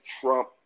Trump